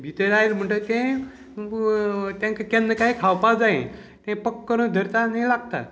भितर आयज म्हणटगी तें तेंका केन्ना काय खावपा जाये तें पक्क करून धरता आनी लागता